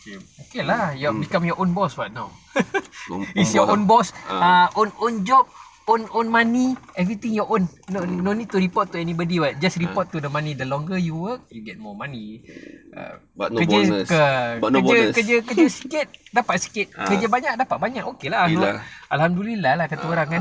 okay lah you are become your own boss [what] now is your own boss ah err own own job own own money everything your own don't don't need to report to anybody [what] just report to the money the longer you work you get more money err but kerja kerja kerja sikit dapat sikit kerja banyak dapat banyak okay lah alhamdulillah lah kata orang kan